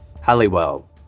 Halliwell